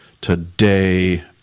today